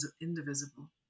indivisible